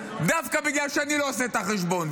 דווקא בגלל שאני לא עושה את החשבון,